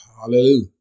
Hallelujah